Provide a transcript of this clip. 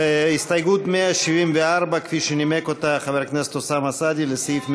הסתייגות 174 כפי שנימק אותה חבר הכנסת אוסאמה סעדי לסעיף 164,